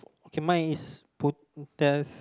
okay mine is put~